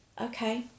okay